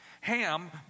Ham